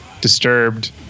disturbed